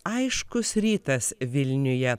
aiškus rytas vilniuje